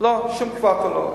לא, שום קווטה לא.